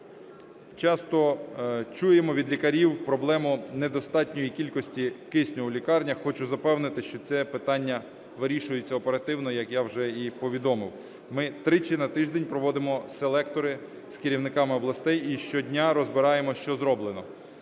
Часто чуємо від лікарів проблему недостатньої кількості кисню у лікарнях. Хочу запевнити, що це питання вирішується оперативно, як я вже і повідомив. Ми тричі на тиждень проводимо селектори з керівниками областей і щодня розбираємо, що зроблено.